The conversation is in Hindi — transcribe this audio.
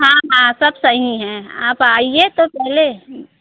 हाँ हाँ सब सही हैं आप आइए तो पहले